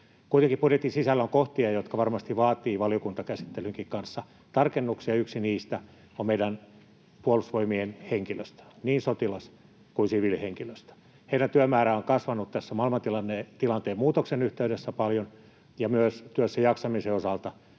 Kuitenkin budjetin sisällä on kohtia, jotka varmasti vaativat valiokuntakäsittelynkin kanssa tarkennuksia. Yksi niistä on meidän Puolustusvoimien henkilöstö, niin sotilas- kuin siviilihenkilöstö. Heidän työmääränsä on kasvanut maailmantilanteen muutoksen yhteydessä paljon, ja myös työssäjaksamisen osalta